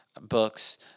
books